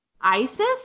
Isis